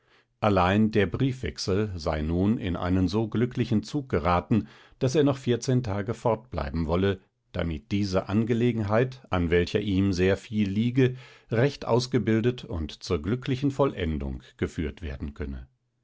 allein der briefwechsel sei nun in einen so glücklichen zug geraten daß er noch vierzehn tage fortbleiben wolle damit diese angelegenheit an welcher ihm sehr viel liege recht ausgebildet und zur glücklichen vollendung geführt werden könne